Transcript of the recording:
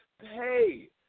pay